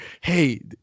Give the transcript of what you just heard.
Hey